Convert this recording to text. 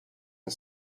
and